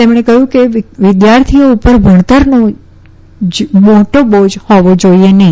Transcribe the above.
તેમણે કહયું કે વિદ્યાર્થીઓ ઉપર ભણતરનો જાજા બોજ હોવો જાઈએ નહી